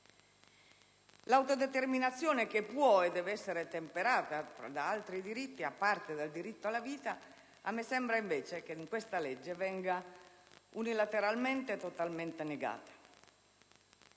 L'autodeterminazione che può e deve essere temperata da altri diritti, a parte quello del diritto alla vita, a me sembra, invece, che in questa legge venga unilateralmente e totalmente negata.